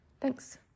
Thanks